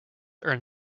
earned